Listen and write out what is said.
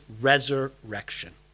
resurrection